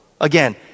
Again